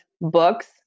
books